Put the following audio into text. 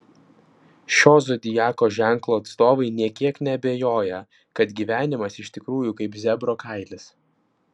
šio zodiako ženklo atstovai nė kiek neabejoja kad gyvenimas iš tikrųjų kaip zebro kailis